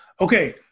Okay